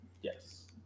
Yes